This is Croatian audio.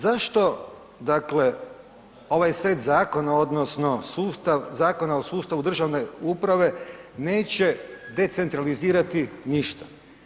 Zašto dakle ovaj set zakona odnosno sustav, Zakona o sustavu državne uprave neće decentralizirati ništa.